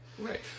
Right